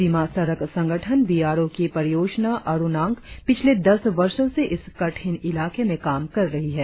सीमा सड़क संगठन B R O की परियोजना अरुणांक पिछले दस वर्षो से इस कठिन इलाके में काम रही है